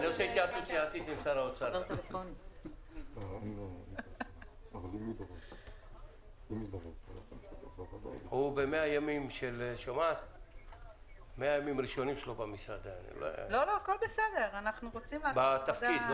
הישיבה ננעלה בשעה 11:23.